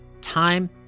time